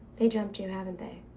they jumped you, haven't they?